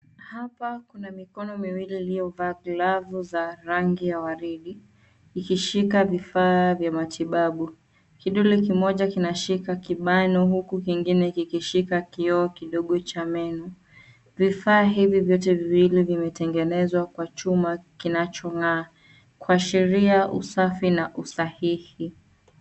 Hapa kuna mikono miwili iliyo vaa glavu za rangi ya waridi ikishika vifaa vya matibabu. Kidole kimoja kinashika kibanu huku kingine kikishika kioo kidogo cha meno . Vifaa hivi vyote viwili vimetengenezwa kwa chuma kinacho ng'aa kuashiria usafi na usahihi.